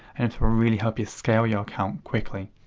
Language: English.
and this will really help you scale your account quickly.